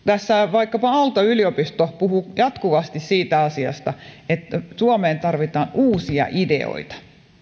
vaikkapa aalto yliopisto puhuu jatkuvasti siitä asiasta että suomeen tarvitaan uusia ideoita